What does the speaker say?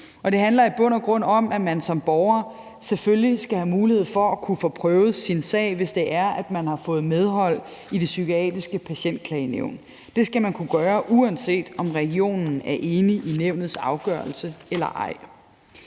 Det handler i bund og grund om, at man som borger selvfølgelig skal have mulighed for at kunne få prøvet sin sag, hvis man har fået medhold i det psykiatriske patientklagenævn. Det skal man kunne gøre, uanset om regionen er enig i nævnets afgørelse eller ej.